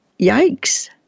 yikes